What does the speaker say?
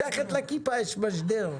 חברי כנסת